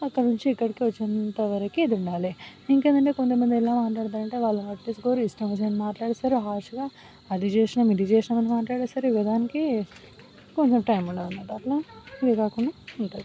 అక్కడి నుంచి ఇక్కడి వరకు వచ్చేంత వరకు ఇది ఉండాలి ఇంకా ఏంటంటే కొంత మంది ఎలా మాట్లాడతారంటే వాళ్ళని పట్టించుకోరు ఇష్టం వచ్చినట్టు మాట్లాడేస్తరు హార్ష్గా అది చేసినాము ఇది చేసినమని మాట్లాడేస్తారు ఇక దానికి కొంచెం టైం ఉండదన్నమాట అట్లా ఇది కాకుండా ఉంటుంది